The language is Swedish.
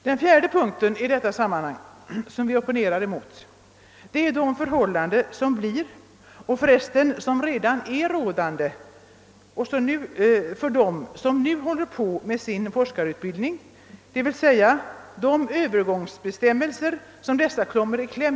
Den fjärde punkten som vi opponerar emot är de förhållanden som blir rådande — och förresten redan är rådande — för dem som nu håller på med sin forskarutbildning, d.v.s. de övergångsbestämmelser mellan vilka dessa kommer i kläm.